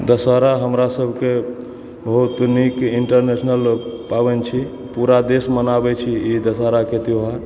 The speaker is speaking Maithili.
दसहरा हमरा सबके बहुत नीक इंटरनेशनल पाबनि छी पूरा देश मनाबै छी ई दसहरा के त्यौहार